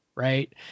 right